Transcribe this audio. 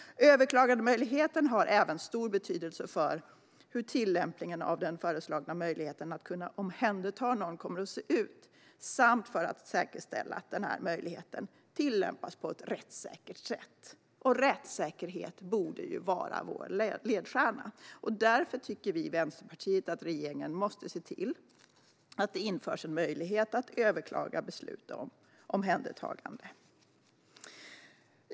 Överklagandemöjligheten har även stor betydelse för hur tillämpningen av den föreslagna möjligheten att omhänderta någon kommer att se ut samt för att säkerställa att denna möjlighet tillämpas på ett rättssäkert sätt. Rättssäkerhet borde vara vår ledstjärna. Därför tycker vi i Vänsterpartiet att regeringen måste se till att det införs en möjlighet att överklaga beslut om omhändertagande.